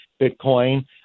Bitcoin